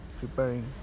preparing